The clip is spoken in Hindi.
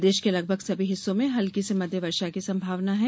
प्रदेश के लगभग सभी हिस्सों में हल्की से मध्य वर्षा की संभावना है